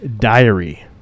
Diary